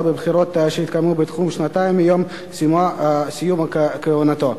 בבחירות שיתקיימו בתחום שנתיים מיום סיום כהונתו.